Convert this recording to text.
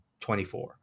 24